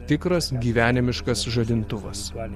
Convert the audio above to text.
tikras gyvenimiškas žadintuvas